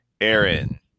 Aaron